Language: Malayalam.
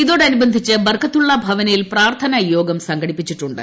ഇതോടനുബന്ധിച്ച് ബർക്കത്തുള്ള ഭവനിൽ പ്രാർത്ഥന യോഗം സംഘടിപ്പിച്ചിട്ടുണ്ട്